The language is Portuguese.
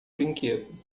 brinquedo